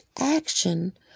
action